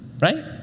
right